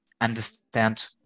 understand